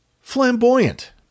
flamboyant